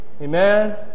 Amen